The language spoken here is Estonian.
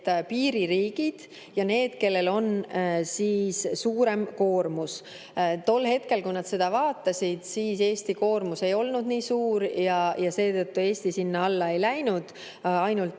piiririigid ja need, kellel on suurem koormus. Tol hetkel, kui nad seda vaatasid, siis Eesti koormus ei olnud nii suur ja seetõttu Eesti sinna alla ei läinud. Ainult